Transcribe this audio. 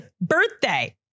birthday